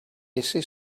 ese